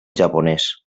japonès